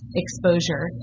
exposure